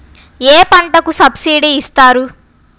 ఏ పంటకు సబ్సిడీ ఇస్తారు?